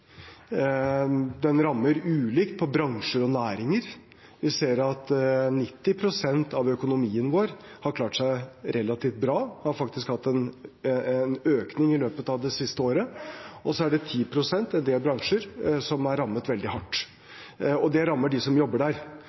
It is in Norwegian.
rammer ulikt med tanke på bransjer og næringer. Vi ser at 90 pst. av økonomien vår har klart seg relativt bra, har faktisk hatt en økning i løpet av det siste året, og så er det 10 pst., en del bransjer, som er rammet veldig hardt. Det rammer dem som jobber der.